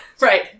Right